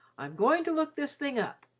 um going to look this thing up.